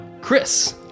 Chris